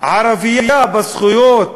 ערבית בזכויות